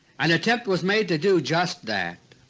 an attempt was made to do just that.